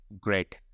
Great